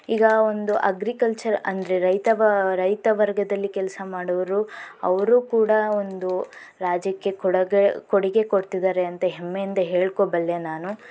ಈಗ ಒಂದು ಅಗ್ರಿಕಲ್ಚರ್ ಅಂದರೆ ರೈತ ವ ರೈತ ವರ್ಗದಲ್ಲಿ ಕೆಲಸ ಮಾಡೋರು ಅವರೂ ಕೂಡ ಒಂದು ರಾಜ್ಯಕ್ಕೆ ಕೊಡುಗೆ ಕೊಡುಗೆ ಕೊಡ್ತಿದ್ದಾರೆ ಅಂತ ಹೆಮ್ಮೆಯಿಂದ ಹೇಳ್ಕೋಬಲ್ಲೆ ನಾನು